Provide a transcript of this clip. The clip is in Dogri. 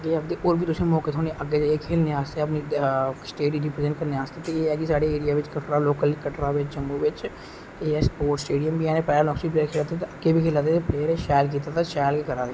और बी तुसेगी मौके थ्होने अग्गे चैइयै खैलने आस्तै तुसेंगी स्टेट दे प्लेयर आस्तै इन्ना है कि साढ़े एरिया च लोकल कटरा च जम्मू च एह् है स्पोर्टस जेहड़ी ऐ मेक्सीमम लोक खेला दे ते अग्गे बी खेला दे प्लेयर शैल कीते दा शैल गै करा दे